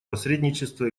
посредничество